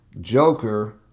Joker